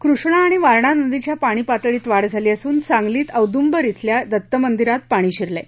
कृष्णा आणि वारणा नदीच्या पाणी पातळीत वाढ झाली असून सांगलीत औदुंबर अल्या दत्त मंदिरात पाणी शिरलं आहे